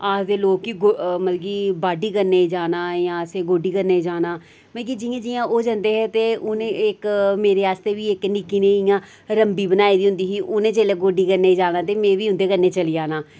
आखदे लोक के गो मतलब कि बाड्डी करने गी जाना हा जां असें गोड्डी करने गी जाना मिगी जियां जियां ओह् जंदे हे ते उ'नें इक मेरे आस्तै बी इक निक्की नेही इयां रम्भी बनाई दी होंदी ही उ'नें जेल्लै गोड्डी करने गी जाना ते में बी उं'दे कन्नै चली जाना